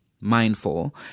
mindful